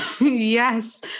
Yes